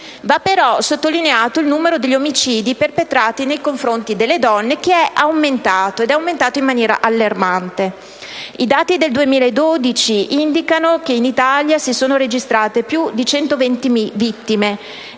lato va sottolineato che il numero degli omicidi perpetrati nei confronti delle donne è aumentato, ed è aumentato in maniera allarmante. I dati del 2012 indicano che in Italia si sono registrate più di 120 vittime.